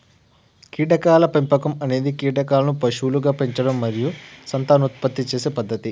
కీటకాల పెంపకం అనేది కీటకాలను పశువులుగా పెంచడం మరియు సంతానోత్పత్తి చేసే పద్ధతి